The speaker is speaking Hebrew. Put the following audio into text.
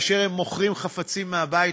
הם מוכרים חפצים מהבית,